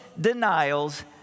denials